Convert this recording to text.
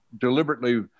deliberately